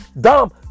dumb